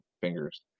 fingers